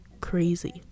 crazy